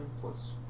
plus